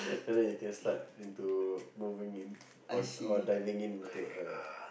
like that you can start into moving in or or diving in into a